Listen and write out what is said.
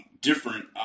different